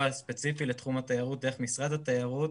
ספציפי לתחום התיירות דרך משרד התיירות.